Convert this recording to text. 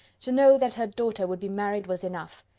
to know that her daughter would be married was enough.